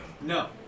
No